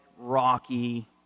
rocky